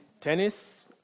Tennis